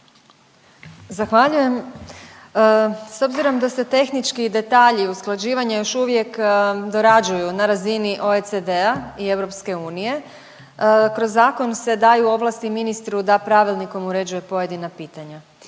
Zahvaljujem. S obzirom da se tehnički detalji usklađivanja još uvijek dorađuju na razini OECD-a i EU, kroz zakon se daju ovlasti ministru da pravilnikom uređuje pojedina pitanja.